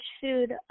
food